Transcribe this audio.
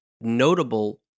notable